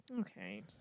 Okay